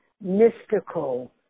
mystical